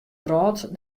wrâld